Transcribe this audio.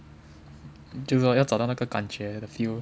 就是说要找到那个感觉 the feel